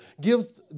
gives